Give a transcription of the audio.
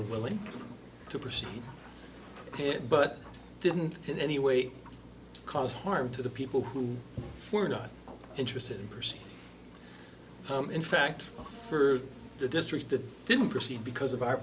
willing to pursue it but didn't in any way cause harm to the people who were not interested in pursuing hum in fact for the district that didn't proceed because of our